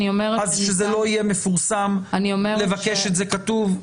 אז שזה לא יהיה מפורסם לבקש את זה כתוב?